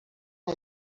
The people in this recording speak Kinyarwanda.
ari